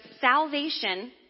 salvation